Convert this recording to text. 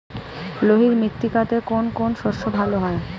লোহিত মৃত্তিকাতে কোন কোন শস্য ভালো হয়?